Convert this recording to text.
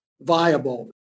viable